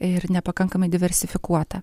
ir nepakankamai diversifikuota